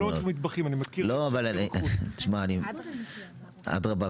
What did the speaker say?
אני לא מכיר מטבחים -- אדרבה ואדרבה.